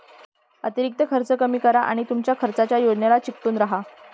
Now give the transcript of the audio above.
अतिरिक्त खर्च कमी करा आणि तुमच्या खर्चाच्या योजनेला चिकटून राहा